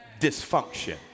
dysfunction